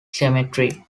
cemetery